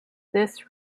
this